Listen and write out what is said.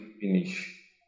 finish